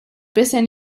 bisher